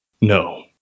No